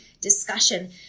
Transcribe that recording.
discussion